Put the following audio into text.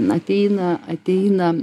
ateina ateina